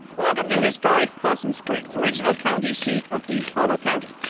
welcome to historic possum springs original county seat of deep hollow county.